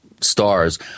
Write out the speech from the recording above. stars